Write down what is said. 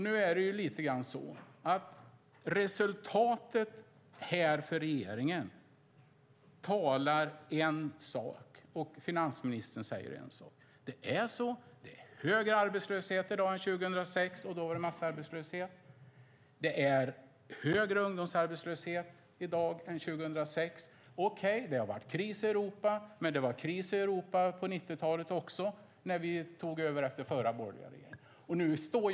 Nu är det lite grann så att resultatet för regeringen säger en sak, och finansministern säger en annan sak. Det är så. Det är högre arbetslöshet i dag än 2006 - och då var det massarbetslöshet. Det är högre ungdomsarbetslöshet i dag än 2006. Okej, det har varit kris i Europa, men det var kris i Europa också på 90-talet, när vi tog över efter förra borgerliga regeringen.